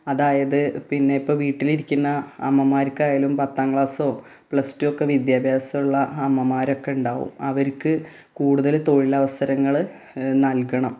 അതായത് പിന്നെ ഇപ്പം വീട്ടിലിരിക്കുന്ന അമ്മമാർക്കായാലും പത്താം ക്ലാസോ പ്ലസ് ടു ഒക്കെ വിദ്യാഭ്യാസമുള്ള അമ്മമാരൊക്കെയുണ്ടാകും അവർക്കു കൂടുതൽ തൊഴിലവസരങ്ങൾ നൽകണം